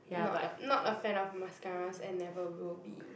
not a not a fan of mascaras and never will be